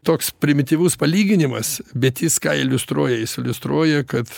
toks primityvus palyginimas bet jis ką iliustruoja jis iliustruoja kad